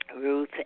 Ruth